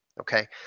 Okay